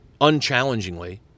unchallengingly